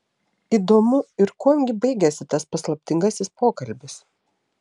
įdomu ir kuom gi baigėsi tas paslaptingasis pokalbis